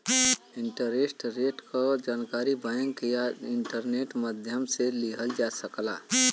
interest rate क जानकारी bank या इंटरनेट माध्यम से लिहल जा सकला